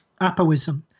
Apoism